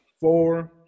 Four